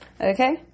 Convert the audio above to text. okay